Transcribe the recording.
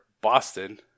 Boston